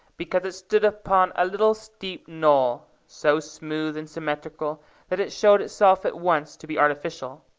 because it stood upon a little steep knoll, so smooth and symmetrical that it showed itself at once to be artificial.